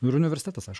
ir universitetas aišku